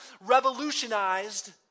revolutionized